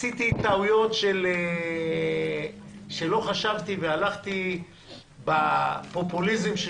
עשיתי טעויות שלא חשבתי והלכתי בפופוליזם של